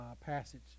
passage